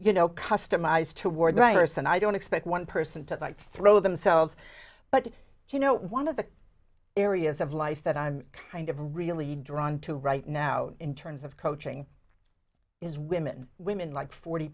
you know customized toward writers and i don't expect one person to throw themselves but you know one of the areas of life that i'm kind of really drawn to right now in terms of coaching is women women like forty